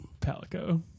Palico